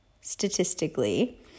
statistically